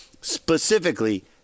specifically